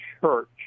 Church